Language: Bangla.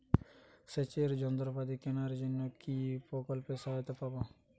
সেচের যন্ত্রপাতি কেনার জন্য কি প্রকল্পে সহায়তা পাব?